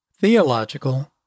theological